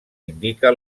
indica